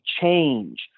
Change